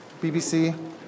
BBC